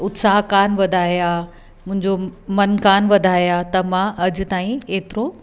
उत्साह कोन वधाए हा मुंहिंजो मनु कोन वधाए हा त मां अॼु ताईं एतिरो